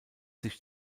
sich